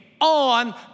on